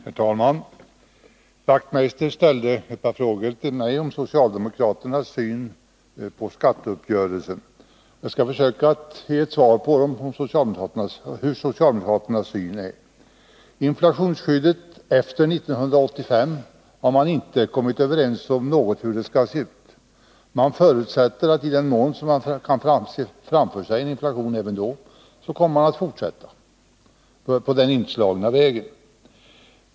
Herr talman! Knut Wachtmeister ställde ett par frågor till mig om socialdemokraternas syn på skatteuppgörelsen. Jag skall försöka ge svar på dem. Man har inte kommit överens om hur inflationsskyddet skall se ut efter år 1985. Man förutsätter att parterna, i den mån de då kommer att förutse fortsatt inflation, går vidare på den inslagna vägen.